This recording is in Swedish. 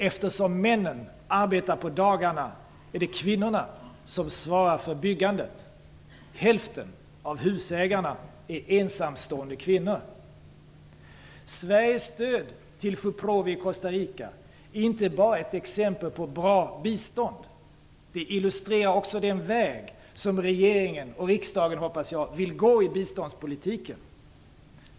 Eftersom männen arbetar på dagarna, är det kvinnorna som svarar för byggandet. Hälften av husägarna är ensamstående kvinnor. Sveriges stöd till Fuprovi i Costa Rica är inte bara ett exempel på bra bistånd. Det illustrerar också den väg som regeringen och riksdagen, hoppas jag, vill gå i biståndspolitiken.